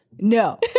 No